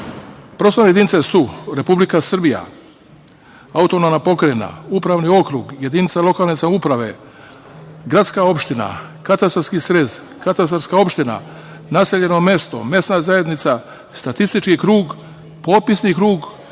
jednu. Prostorne jedinice su: Republika Srbija, autonomna pokrajina, upravni okrug, jedinica lokalne samouprave, gradska opština, katastarski srez, katastarska opština, naseljeno mesto, mesna zajednica, statistički krug, popisni krug